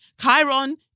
Chiron